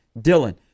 Dylan